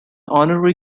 honorary